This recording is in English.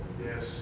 Yes